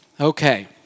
Okay